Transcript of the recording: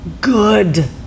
good